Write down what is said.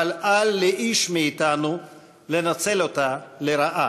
אבל אל לאיש מאתנו לנצל אותה לרעה.